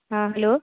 हॅं हेलो